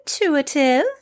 intuitive